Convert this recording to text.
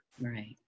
Right